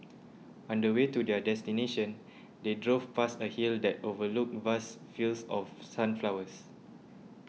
on the way to their destination they drove past a hill that overlooked vast fields of sunflowers